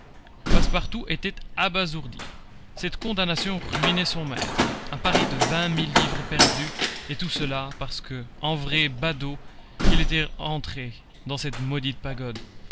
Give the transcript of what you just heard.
passepartout était abasourdi cette condamnation ruinait son maître un pari de vingt mille livres perdu et tout cela parce que en vrai badaud il était entré dans cette maudite pagode